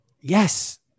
Yes